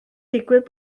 digwydd